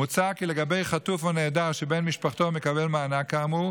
מוצע כי לגבי חטוף או נעדר שבן משפחתו מקבל מענק כאמור